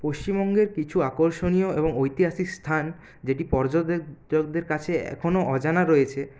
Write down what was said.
পশ্চিমবঙ্গের কিছু আকর্ষণীয় এবং ঐতিহাসিক স্থান যেটি পর্যটকদের কাছে এখনও অজানা রয়েছে